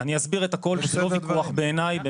--- אני אסביר את הכול וזה לא וויכוח בעיניי,